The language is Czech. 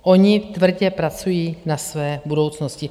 Oni tvrdě pracují na své budoucnosti.